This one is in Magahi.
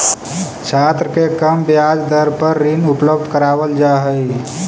छात्र के कम ब्याज दर पर ऋण उपलब्ध करावल जा हई